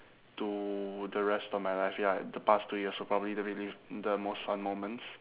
to the rest of my life ya the past two years were probably the relive the most fun moments